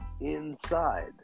inside